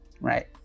right